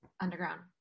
Underground